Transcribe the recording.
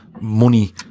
Money